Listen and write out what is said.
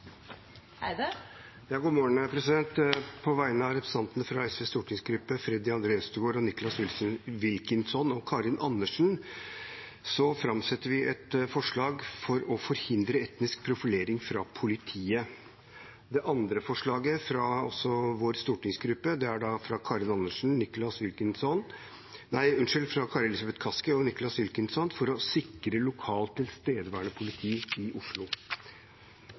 På vegne av SVs stortingsrepresentanter Freddy André Øvstegård, Nicholas Wilkinson og Karin Andersen vil jeg sette fram et forslag om å forhindre etnisk profilering fra politiet. Det andre forslaget jeg vil sette fram, er fra stortingsrepresentantene Kari Elisabeth Kaski, Nicholas Wilkinson og meg selv om å sikre lokalt tilstedeværende politi i Oslo.